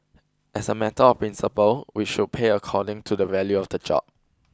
as a matter of principle we should pay according to the value of the job